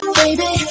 baby